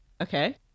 Okay